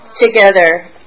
together